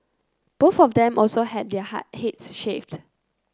both of them also had their heads shaved